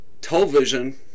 television